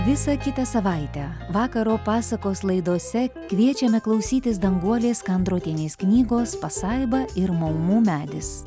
visą kitą savaitę vakaro pasakos laidose kviečiame klausytis danguolės kandrotienės knygos pasaiba ir maumų medis